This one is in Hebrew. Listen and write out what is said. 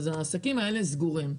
העסקים האלה סגורים.